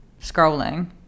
scrolling